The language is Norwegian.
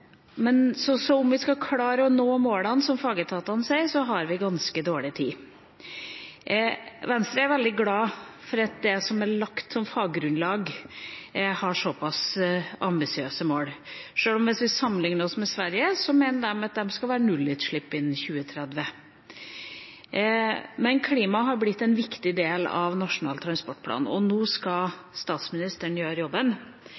Om vi skal klare å nå målene som fagetatene setter, har vi ganske dårlig tid. Venstre er veldig glad for at det som er lagt som faggrunnlag, har så pass ambisiøse mål, sjøl om Sverige, hvis vi sammenligner oss med dem, mener at de skal ha nullutslipp innen 2030. Klima er blitt en viktig del av Nasjonal transportplan, og nå skal statsministeren gjøre jobben.